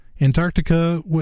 Antarctica